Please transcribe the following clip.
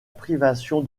privation